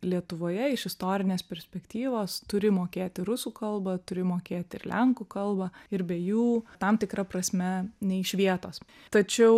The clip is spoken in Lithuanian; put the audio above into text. lietuvoje iš istorinės perspektyvos turi mokėti rusų kalbą turi mokėti ir lenkų kalbą ir be jų tam tikra prasme ne iš vietos tačiau